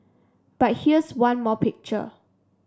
but here's one more picture